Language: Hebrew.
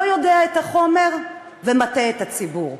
לא יודע את החומר, ומטעה את הציבור.